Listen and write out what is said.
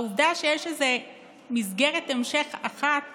העובדה שיש איזה מסגרת המשך אחת